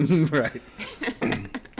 Right